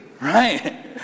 right